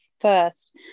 first